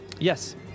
Yes